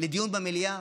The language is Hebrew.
לדיון במליאה,